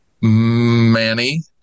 Manny